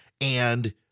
and-